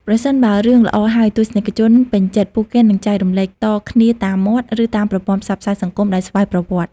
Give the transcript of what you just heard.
ប្រសិនបើរឿងល្អហើយទស្សនិកជនពេញចិត្ត ពួកគេនឹងចែករំលែកតគ្នាតាមមាត់ ឬតាមប្រព័ន្ធផ្សព្វផ្សាយសង្គមដោយស្វ័យប្រវត្តិ។